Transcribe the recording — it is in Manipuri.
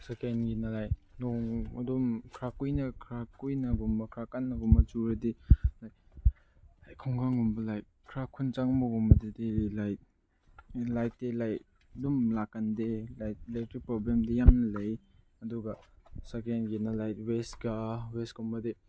ꯁꯦꯀꯦꯟꯒꯤꯅ ꯂꯥꯏꯛ ꯅꯣꯡ ꯑꯗꯨꯝ ꯈꯔ ꯀꯨꯏꯅ ꯈꯔ ꯀꯨꯏꯅꯒꯨꯝꯕ ꯈꯔ ꯀꯟꯅꯒꯨꯝꯕ ꯆꯨꯔꯗꯤ ꯂꯥꯏꯛ ꯈꯨꯡꯒꯪꯒꯨꯝꯕ ꯂꯥꯏꯛ ꯈꯔ ꯈꯨꯟ ꯆꯪꯕꯒꯨꯝꯕꯗꯗꯤ ꯂꯥꯏꯛ ꯑꯗꯨꯝ ꯂꯥꯛꯀꯅꯗꯦ ꯂꯥꯏꯛ ꯂꯥꯏꯠꯀꯤ ꯄ꯭ꯔꯣꯕ꯭ꯂꯦꯝꯗꯤ ꯌꯥꯝꯅ ꯂꯩ ꯑꯗꯨꯒ ꯁꯦꯀꯦꯟꯒꯤꯅ ꯂꯥꯏꯛ ꯋꯦꯁꯀꯥ ꯋꯦꯁ ꯀꯨꯝꯕꯗꯤ